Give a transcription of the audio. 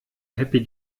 happy